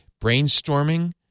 Brainstorming